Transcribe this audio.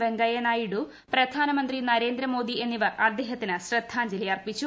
വെങ്കയ്യ നായിഡു പ്രപ്ധാനമന്ത്രി നരേന്ദ്ര മോദി എന്നിവർ അദ്ദേഹത്തിന് ശ്രദ്ധാഞ്ജലി അർപ്പിച്ചു